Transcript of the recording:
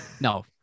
no